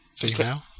Female